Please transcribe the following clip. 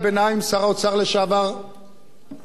שר האוצר לשעבר רוני בר-און,